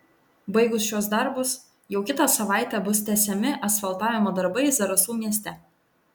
baigus šiuos darbus jau kitą savaitę bus tęsiami asfaltavimo darbai zarasų mieste